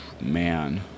Man